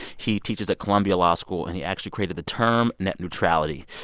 he teaches at columbia law school, and he actually created the term net neutrality.